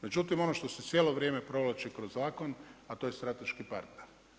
Međutim, ono što se cijelo vrijeme provlači kroz zakon, a to je strateški partner.